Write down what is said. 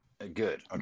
Good